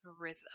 rhythm